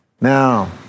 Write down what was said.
Now